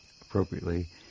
appropriately